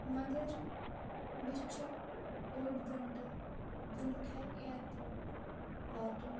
مگر مےٚ چھُ اوٚڈ گَنٹا برونٛٹھٕے اِیرپوٹ واتُن